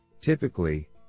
Typically